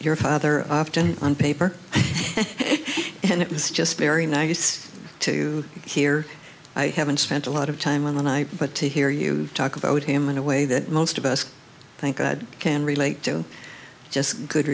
your father often on paper and it was just very nice to hear i haven't spent a lot of time on the night but to hear you talk about him in a way that most of us think i can relate to just good